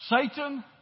Satan